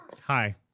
Hi